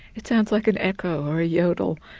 it sounds like an echo or a yodel,